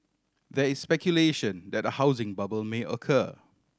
there is speculation that a housing bubble may occur